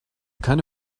keine